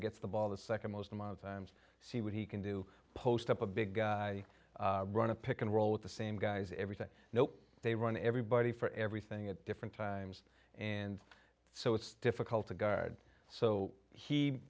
gets the ball the second most amount of times see what he can do post up a big run of pick and roll with the same guys everything they run to everybody for everything at different times and so it's difficult to guard so he